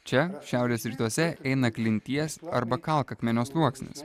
čia šiaurės rytuose eina klinties arba kalkakmenio sluoksnis